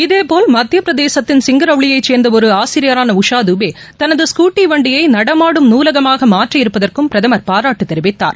இதேபோல் மத்திய பிரதேசத்தின் சிங்கரௌலியை சேர்ந்த ஒரு ஆசிரியரான உஷா துபே தனது ஸ்கூட்டி வண்டியை நடமாடும் நூலகமாக மாற்றியிருப்பதற்கும் பிரதமர் பாராட்டு தெரிவித்தார்